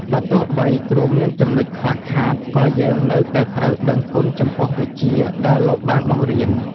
បើទោះបីគ្រូមានចំណុចខ្វះខាត ក៏យើងនៅតែត្រូវដឹងគុណចំពោះវិជ្ជាដែលលោកបានបង្រៀន។